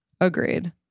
agreed